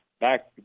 back